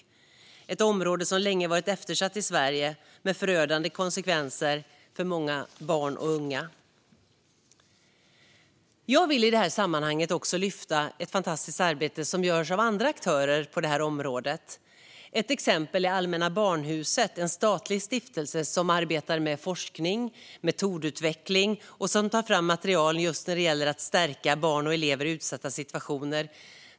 Det är ett område som länge har varit eftersatt i Sverige, med förödande konsekvenser för många barn och unga. Jag vill i det här sammanhanget också lyfta ett fantastiskt arbete som görs av andra aktörer på det här området. Ett exempel är Allmänna Barnhuset, en statlig stiftelse som arbetar med forskning och metodutveckling och som tar fram material just när det gäller att stärka barn och elever i utsatta situationer.